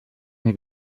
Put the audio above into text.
hier